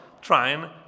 trying